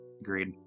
agreed